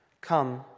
come